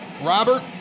Robert